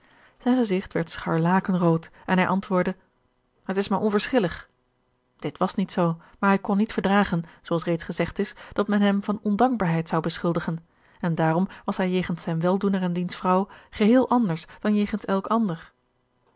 zijn gezigt werd scharlakenrood en hij antwoordde het is mij onverschillig dit was niet zoo maar hij kon niet verdragen zoo als reeds gezegd is dat men hem van ondankbaarheid zou beschuldigen en daarom was hij jegens zijn weldoener en diens vrouw geheel anders dan jegens elk ander